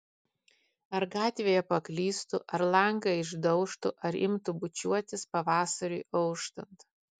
ar gatvėje paklystų ar langą išdaužtų ar imtų bučiuotis pavasariui auštant